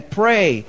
pray